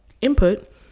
input